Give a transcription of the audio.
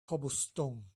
cobblestone